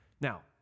Now